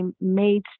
made